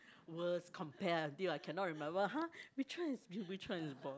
worst compare until I cannot remember !huh! which one is Bill which one is Bob